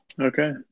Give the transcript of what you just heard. Okay